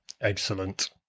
Excellent